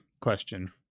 question